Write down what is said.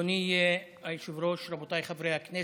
אדוני היושב-ראש, רבותיי חברי הכנסת,